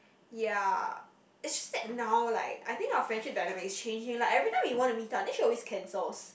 ya is just that now like I think our friendship dynamics is changing like every time we want to meet up then she always cancels